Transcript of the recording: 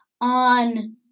On